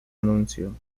anuncio